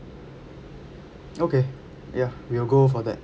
okay ya we'll go for that